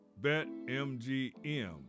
BetMGM